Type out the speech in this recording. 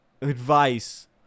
advice